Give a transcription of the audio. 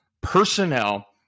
personnel